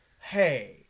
hey